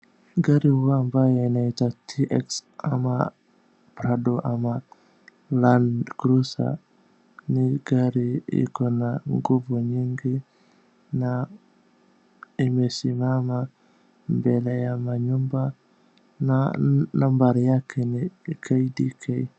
Gari huu ambao inaitwa TX ama Prado ama Land Cruiser ni gari iko na nguvu nyingi na imesimama mbele ya manyumba na nambari yake ni KDK.